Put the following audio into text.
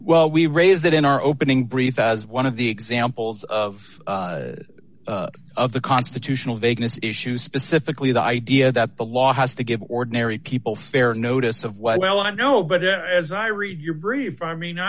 well we raise that in our opening brief as one of the examples of the constitutional vagueness issue specifically the idea that the law has to give ordinary people fair notice of why well i know but as i read your brief i mean